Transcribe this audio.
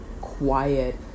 quiet